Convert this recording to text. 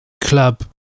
club